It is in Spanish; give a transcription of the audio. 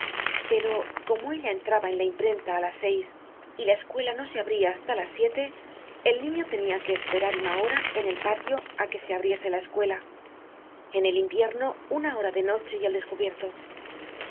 pero como ella entraba en la imprenta á las seis y la escuela no se abria hasta las siete el niño tenia que esperar una hora en el patio á que se abriese la escuela en el invierno una hora de noche y al descubierto